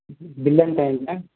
bill ఎంతైంది ma'am